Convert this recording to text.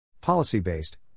Policy-based